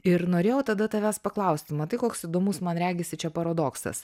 ir norėjau tada tavęs paklausti matai koks įdomus man regisi čia paradoksas